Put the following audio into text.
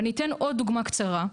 אני אתן עוד דוגמה קצרה,